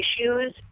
issues